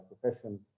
profession